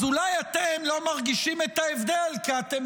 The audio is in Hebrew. אז אולי אתם לא מרגישים את ההבדל כי אתם